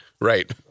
Right